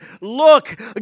look